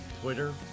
Twitter